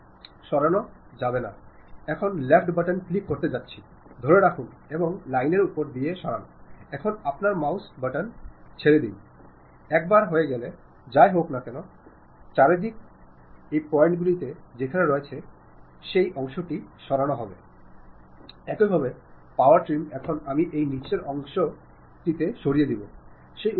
ആശയവിനിമയം ഫലപ്രദമായി ഉപയോഗിച്ചാൽ നിങ്ങളുടെ ജോലികളെ എളുപ്പമാകാൻ സഹായിക്കുമെന്നും ജീവിതത്തിൽ മാത്രമല്ല നിങ്ങളുടെ ഓർഗനൈസേഷനിൽ വിജയത്തിന്റെ പടിയിലൂടെ കയറാനും കഴിയുമെന്ന് നിങ്ങൾ മനസ്സിലാക്കുകയും ചെയ്തു